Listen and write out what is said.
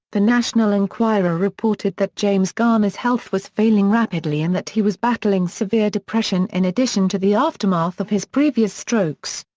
the national enquirer reported that james garner's health was failing rapidly and that he was battling severe depression in addition to the aftermath of his previous strokes.